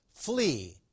flee